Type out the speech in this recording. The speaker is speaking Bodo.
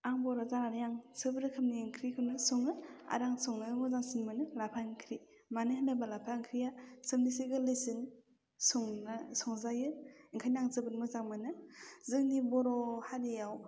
आं बर' जानानै आं सोब रोखोमनि ओंख्रिखौनो सङो आरो आं संनो मोजांसिन मोनो लाफा ओंख्रि मानो होनोब्ला लाफा ओंख्रिया सबनिसाय गोरलैसिन संनो संजायो ओंखायनो आं जोबोद मोजां मोनो जोंनि बर' हारियाव